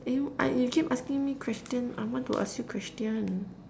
eh w~ you keep asking me question I want to ask you question